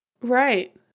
right